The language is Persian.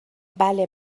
بله